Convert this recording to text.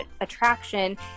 attraction